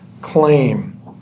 claim